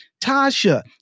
Tasha